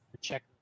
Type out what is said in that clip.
check